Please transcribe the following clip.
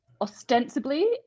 ostensibly